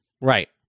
Right